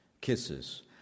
kisses